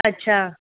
अछा